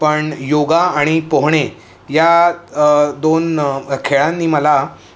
पण योग आणि पोहणे या दोन खेळांनी मला